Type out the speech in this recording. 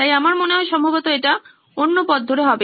তাই আমার মনে হয় সম্ভবত এটা অন্য পথ ধরে হবে